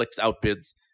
outbids